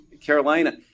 Carolina